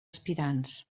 aspirants